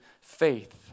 faith